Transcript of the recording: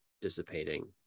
dissipating